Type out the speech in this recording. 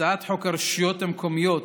הצעת חוק הרשויות המקומיות